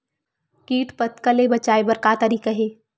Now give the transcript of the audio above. कीट पंतगा ले बचाय बर का तरीका हे?